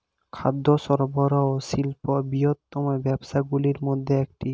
খাদ্য সরবরাহ শিল্প বৃহত্তম ব্যবসাগুলির মধ্যে একটি